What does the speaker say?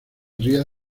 ría